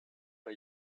pas